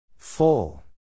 Full